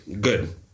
Good